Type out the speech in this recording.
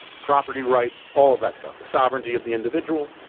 property rights, all of that stuff, the sovereignty of the individual.